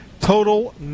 Total